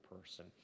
person